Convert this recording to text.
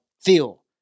feel